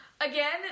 Again